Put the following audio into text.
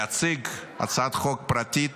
להציג הצעת חוק פרטית